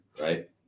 right